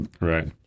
Right